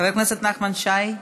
חבר הכנסת נחמן שי,